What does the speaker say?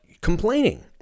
complaining